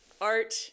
art